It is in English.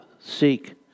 seek